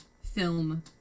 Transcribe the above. film